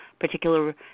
particular